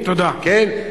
כן,